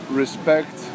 respect